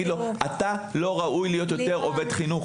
לו: אתה לא ראוי להיות יותר עובד חינוך.